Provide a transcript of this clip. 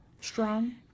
strong